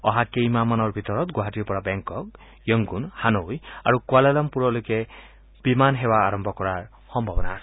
অহা কেইমাহমানৰ ভিতৰত গুৱাহাটীৰ পৰা বেংকক য়ংগুন হানৈ আৰু কুৱালালামপুৰলৈকে বিমান সেৱা আৰম্ভ কৰাৰ সম্ভাৱনা আছে